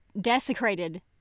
desecrated